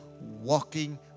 walking